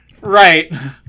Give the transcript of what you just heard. Right